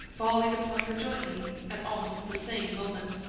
volleyed upon her jointly at almost the same moment.